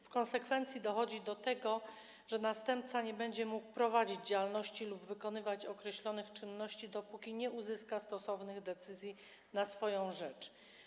W konsekwencji dochodzi do tego, że następca nie będzie mógł prowadzić działalności lub wykonywać określonych czynności, dopóki nie uzyska stosownych decyzji na swoją rzecz.